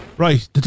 Right